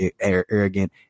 arrogant